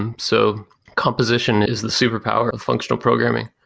and so composition is the super power of functional programming.